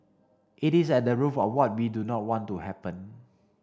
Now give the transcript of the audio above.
it is at the root of what we do not want to happen